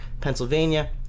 Pennsylvania